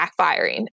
backfiring